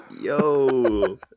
yo